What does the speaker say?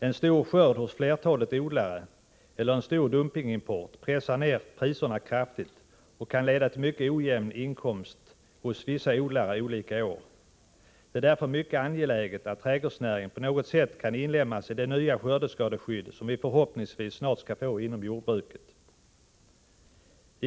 En stor skörd hos flertalet odlare eller en stor dumpingimport pressar ned priserna kraftigt, och det kan leda till mycket ojämn inkomst för vissa odlare under olika år. Det är därför mycket angeläget att trädgårdsnäringen på något sätt kan inlemmas i det nya skördeskadeskydd som vi förhoppningsvis snart får inom jordbruket.